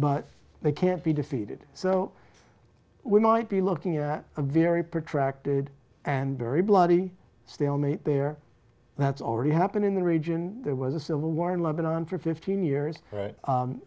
but they can't be defeated so we might be looking at a very protected and very bloody stalemate there that's already happened in the region there was a civil war in lebanon for fifteen years